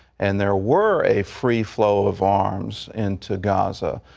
and there were a free flow of arms into gaza,